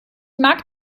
mag